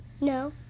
No